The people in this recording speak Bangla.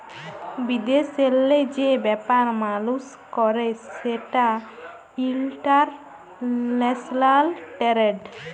বিদেশেল্লে যে ব্যাপার মালুস ক্যরে সেটা ইলটারল্যাশলাল টেরেড